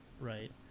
right